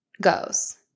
goes